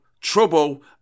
Trouble